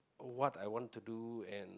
to what I want to do